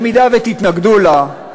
במקרה שתתנגדו לה,